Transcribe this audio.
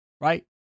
right